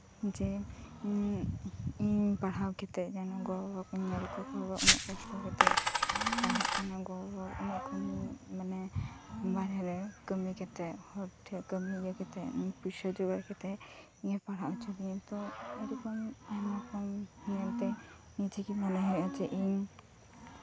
ᱡᱮ ᱤᱧ ᱯᱟᱲᱦᱟᱣ ᱠᱟᱛᱮ ᱡᱮᱱᱚ ᱜᱚᱼᱵᱟᱵᱟ ᱠᱩᱧ ᱧᱮᱞ ᱠᱚ ᱜᱚᱼᱵᱟᱵᱟ ᱩᱱᱟᱹᱜ ᱠᱚᱥᱴᱚ ᱠᱟᱛᱮᱧ ᱯᱟᱲᱦᱟᱜ ᱠᱟᱱᱟ ᱜᱚᱼᱵᱟᱵᱟᱣᱱᱟᱹᱜ ᱠᱟᱹᱢᱤ ᱢᱟᱱᱮ ᱵᱟᱨᱦᱮ ᱨᱮ ᱠᱟᱹᱢᱤ ᱠᱟᱛᱮ ᱦᱚᱲ ᱴᱷᱮᱱ ᱠᱟᱹᱢᱤ ᱠᱟᱛᱮ ᱯᱚᱭᱥᱟ ᱡᱚᱜᱟᱲ ᱠᱟᱛᱮ ᱤᱧᱮ ᱯᱟᱲᱦᱟᱣ ᱦᱚᱪᱚ ᱤᱫᱤᱧᱟ ᱛᱚ ᱮᱨᱚᱠᱚᱢ ᱟᱭᱢᱟ ᱨᱚᱠᱚᱢ ᱧᱮᱞ ᱛᱮ ᱱᱤᱡᱮ ᱜᱮ ᱢᱚᱱᱮ ᱦᱳᱭᱳᱜᱼᱟ ᱤᱧ